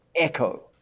echo